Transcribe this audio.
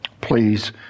Please